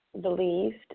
believed